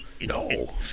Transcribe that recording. no